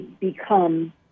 become